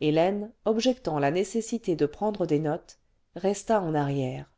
hélène objectant la nécessité de prendre des notes resta en arrière